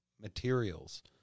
materials